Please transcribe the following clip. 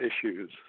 issues